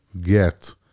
get